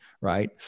right